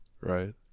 Right